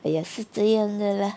!aiya! 是这样的 lah